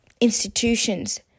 institutions